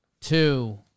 two